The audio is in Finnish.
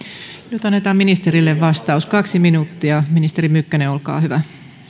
nyt annetaan ministerille vastaus kaksi minuuttia ministeri mykkänen olkaa hyvä